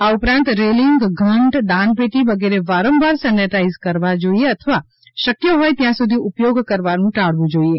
આ ઉપરાંત રેલીંગ ઘંટ દાનપેટી વિગેરે વારંવાર સેનીટાઇઝ કરવા જોઇએ અથવા શક્ય હોઇ ત્યાં સુધી ઉપયોગ કરવાનું ટાળવું જોઇએ